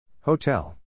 Hotel